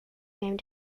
game